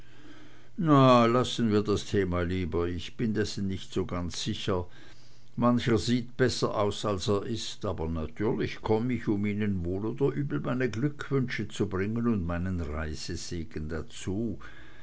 na lassen wir das thema lieber ich bin dessen nicht so ganz sicher mancher sieht besser aus als er ist aber natürlich komm ich um ihnen wohl oder übel meine glückwünsche zu bringen und meinen reisesegen dazu